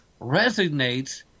resonates